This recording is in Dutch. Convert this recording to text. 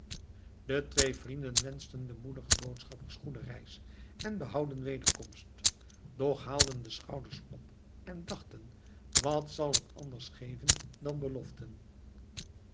de twee vrienden wenschten den moedigen boodschappers goede reis en behouden wederkomst doch haalden de schouders op en dachten wat zal het anders geven dan beloften